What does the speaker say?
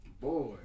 Boy